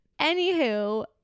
Anywho